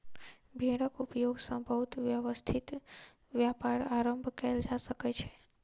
भेड़क उपयोग सॅ बहुत व्यवस्थित व्यापार आरम्भ कयल जा सकै छै